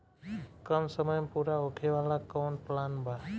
कम समय में पूरा होखे वाला कवन प्लान बा?